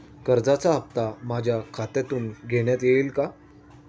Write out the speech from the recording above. कर्जाचा हप्ता माझ्या खात्यातून घेण्यात येईल का?